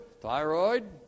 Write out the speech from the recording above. thyroid